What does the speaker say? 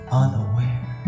unaware